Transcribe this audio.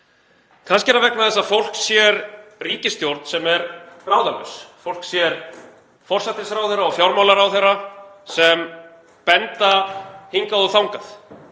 Kannski er það vegna þess að fólk sér ríkisstjórn sem er ráðalaus. Fólk sér forsætisráðherra og fjármálaráðherra sem benda hingað og þangað,